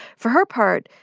for her part,